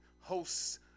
hosts